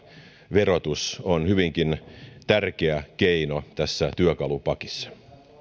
verotus on hyvinkin tärkeä keino tässä työkalupakissa